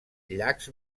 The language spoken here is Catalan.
llacs